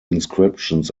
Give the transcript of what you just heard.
inscriptions